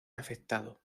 afectado